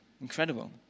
Incredible